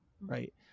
right